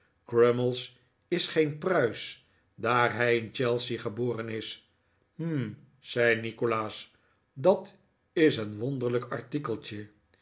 crummies is geen pruis daar hij in chelsea geboren is hm zei nikolaas dat is een wonderlijk artikeltje